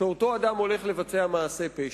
שהוא הולך לבצע מעשה פשע.